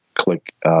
Click